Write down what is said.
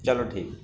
چلو ٹھیک ہے